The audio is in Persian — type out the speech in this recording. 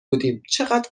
بودیم، چقد